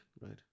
right